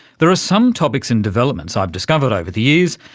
there are some topics and developments, i've discovered over the years,